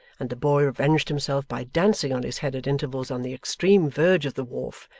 and the boy revenged himself by dancing on his head at intervals on the extreme verge of the wharf,